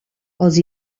els